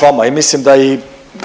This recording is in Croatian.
Hvala./…